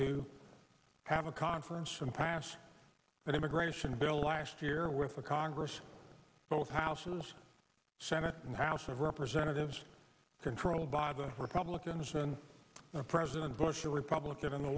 to have a conference and pass an immigration bill last year with a congress both houses senate and house of representatives controlled by the republicans and president bush a republican in the